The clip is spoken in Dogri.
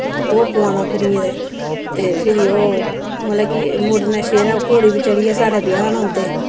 ते ओह् पोआना कुड़ियें दे ते फिरि ओह् मतलब कि मुड़े नै सेह्रा घोड़ी पर चढ़ियै साढ़े ब्याह्न औंदे